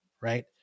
right